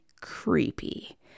creepy